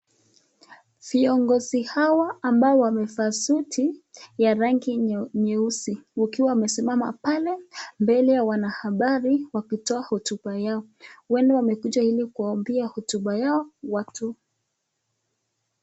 Viongozi hawa ambao wamevaa suti ya rangi nyeusi wakiwa wamesimama pale mbele ya wanahabari wakitoa hotuba yao huenda wamekuja ili kuwaambia hotuba yao watu.